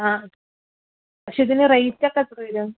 ആ പക്ഷേ ഇതിന് റേയറ്റൊക്കെ എത്ര വരും